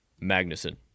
Magnuson